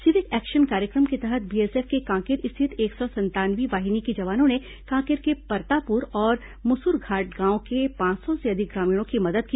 civic action कार्यक्रम के तहत बीएसएफ के कांकेर स्थित एक सौ संतावनवीं वाहिनी के जवानों ने कांकेर के परतापुर और मुसरघाट गांव के पांच सौ से अधिक ग्रामीणों की मदद की